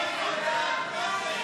עוד אחד.